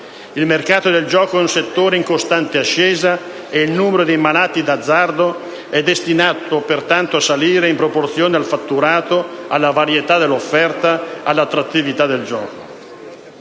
Il mercato del gioco è un settore in costante ascesa e il numero dei malati d'azzardo è destinato pertanto a salire in proporzione al fatturato, alla varietà dell'offerta e all'attrattività del gioco.